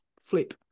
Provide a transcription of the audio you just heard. flip